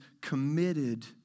committed